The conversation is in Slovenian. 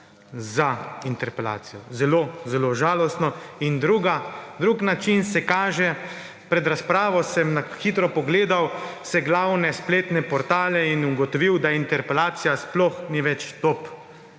za interpelacijo. Zelo zelo žalostno. Drug način se kaže … pred razpravo sem na hitro pogledal vse glavne spletne portale in ugotovil, da interpelacija sploh ni več top